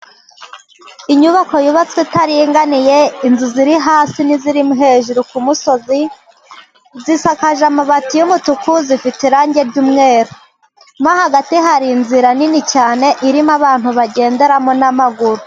Inyubako yubatswe itaringaniye, inzu ziri hasi n'iziri hejuru ku musozi, zisakaje amabati y'umutuku, zifite irangi ry'umweru, mo hagati hari inzira nini cyane irimo abantu bagenderamo n'amaguru.